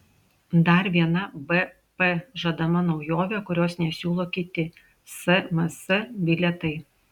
dar viena bp žadama naujovė kurios nesiūlo kiti sms bilietai